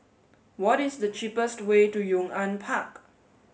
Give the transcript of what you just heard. what is the cheapest way to Yong An Park